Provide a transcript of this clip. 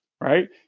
right